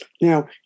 Now